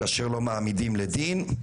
כאשר לא מעמידים לדין,